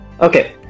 Okay